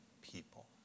people